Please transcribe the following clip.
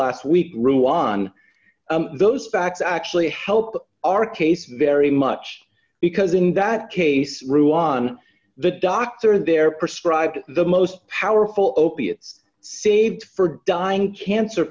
last week ruan those facts actually help our case very much because in that case rule on the doctors there prescribe the most powerful opiates save for dying cancer